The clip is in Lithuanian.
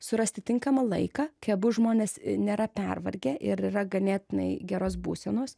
surasti tinkamą laiką kai abu žmonės nėra pervargę ir yra ganėtinai geros būsenos